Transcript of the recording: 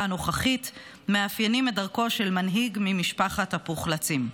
הנוכחית מאפיינים את דרכו של מנהיג ממשפחת הפוחלצים.